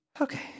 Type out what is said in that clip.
Okay